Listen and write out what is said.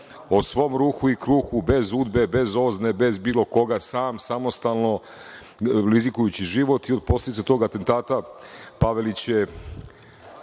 o svom ruhu i kruhu, bez UDBA, bez OZNA, bez bilo koga, sam, samostalno, rizikujući život i kao posledica tog atentata, Pavelić